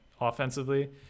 offensively